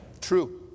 True